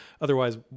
otherwise